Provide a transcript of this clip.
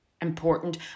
important